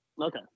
okay